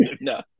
no